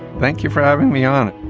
thank you for having me on it.